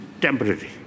temporary